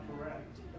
correct